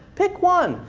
pick one.